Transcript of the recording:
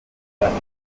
perle